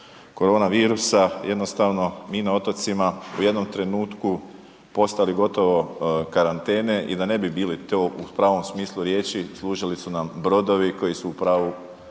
koronavirusa jednostavno mi na otocima u jednom trenutku postali gotovo karantene i da ne bi bili to u pravom smislu riječi, služili su nam brodovi koji su u pravu